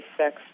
sex